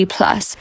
Plus